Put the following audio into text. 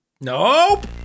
Nope